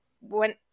went